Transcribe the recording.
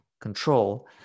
control